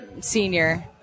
senior